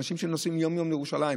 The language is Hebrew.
אנשים שנוסעים יום-יום לירושלים,